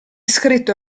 scritto